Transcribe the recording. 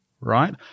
right